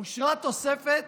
אושרה תוספת